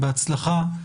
בהצלחה.